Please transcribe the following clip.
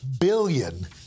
billion